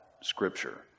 Scripture